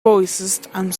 voicesand